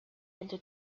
into